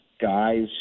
guys